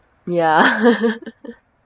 ya